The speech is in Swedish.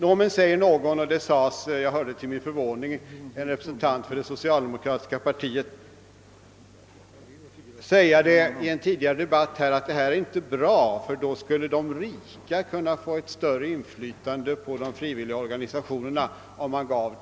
Jag hörde i en tidigare debatt till min förvåning en representant för socialdemokratiska partiet säga att en frivillig avdragsrätt inte är bra, ty ett införande av en sådan skulle medföra att de rika skulle kunna få ett större inflytande på de frivilliga organisationerna.